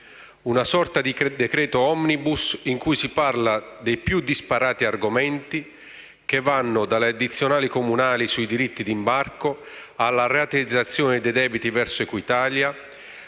una sorta di decreto *omnibus* in cui si parla dei più disparati argomenti che vanno dalle addizionali comunali sui diritti di imbarco alla rateizzazione dei debiti verso Equitalia,